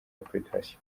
application